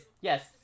yes